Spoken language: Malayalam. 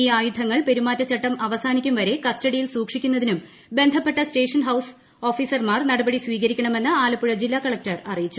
ഈ ആയുധങ്ങൾ പെരുമാറ്റചട്ടം അവസാനിക്കും വരെ കസ്റ്റഡിയിൽ സൂക്ഷിക്കുന്നതിനും ബന്ധപ്പെട്ട സ്റ്റേഷൻ ഹൌസ് ഓഫീസർമാർ നടപടി സ്വീകരിക്കണമെന്ന് ആലപ്പുഴ ജില്ല കളക്ടർ അറിയിച്ചു